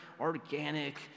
organic